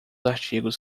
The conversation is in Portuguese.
artigos